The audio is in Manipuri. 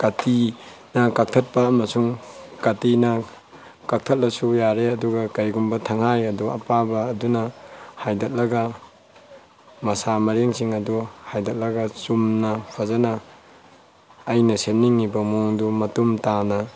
ꯀꯥꯇꯤꯅ ꯀꯛꯊꯠꯄ ꯑꯃꯁꯨꯡ ꯀꯥꯇꯤꯅ ꯀꯛꯊꯠꯂꯁꯨ ꯌꯥꯔꯦ ꯑꯗꯨꯒ ꯀꯩꯒꯨꯝꯕ ꯊꯥꯡꯍꯥꯏ ꯑꯗꯣ ꯑꯄꯥꯕ ꯑꯗꯨꯅ ꯍꯥꯏꯗꯠꯂꯒ ꯃꯁꯥ ꯃꯔꯦꯡꯁꯤꯡ ꯑꯗꯣ ꯍꯥꯏꯗꯠꯂꯒ ꯆꯨꯝꯅ ꯐꯖꯅ ꯑꯩꯅ ꯁꯦꯝꯅꯤꯡꯉꯤꯕ ꯃꯑꯣꯡꯗꯣ ꯃꯇꯨꯡ ꯇꯥꯅ